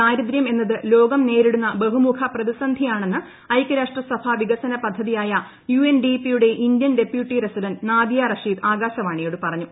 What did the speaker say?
ദാരിദ്ര്യം എന്നത് ലോകം നേരിടുന്ന ബഹുമുഖ പ്രതിസന്ധിയാണെന്ന് ഐക്യരാഷ്ട്രസഭ വികസനപദ്ധതിയായ യു എൻ ഡി പിയുടെ Indian deputy resident Nadia Rasheed ആകാശവാണിയോട് പറഞ്ഞു